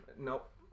nope